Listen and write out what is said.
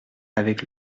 avec